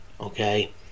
Okay